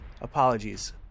Apologies